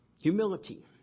Humility